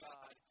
God